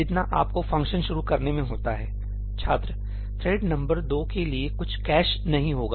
जितना आप को फंक्शन शुरू करने में होता है छात्र थ्रेड नंबर 2 के लिए कुछ कैश नहीं होगा